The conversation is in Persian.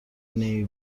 نمی